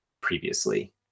previously